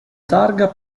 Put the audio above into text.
targa